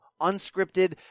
unscripted